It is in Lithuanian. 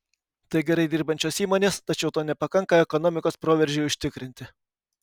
tai gerai dirbančios įmonės tačiau to nepakanka ekonomikos proveržiui užtikrinti